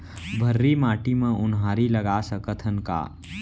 भर्री माटी म उनहारी लगा सकथन का?